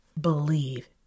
believe